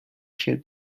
się